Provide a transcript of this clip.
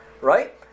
right